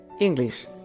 English